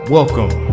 Welcome